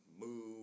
move